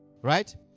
Right